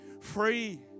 free